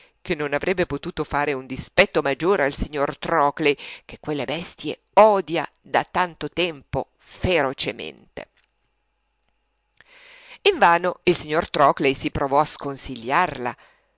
che non avrebbe potuto fare un dispetto maggiore al signor trockley che quelle bestie odia da tanto tempo ferocemente invano il signor trockley si provò a sconsigliarla